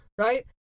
Right